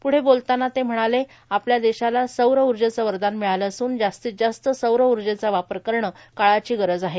प्ढे बोलतांना ते म्हणाले आपल्या देशाला सौर ऊर्जेचे वरदान मिळाले असून जास्तीत जास्त सौर ऊर्जेचा वापर करणे काळाची गरज आहे